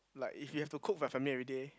like if you have to cook for your family everyday